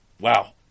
Wow